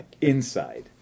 Inside